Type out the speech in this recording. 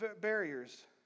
barriers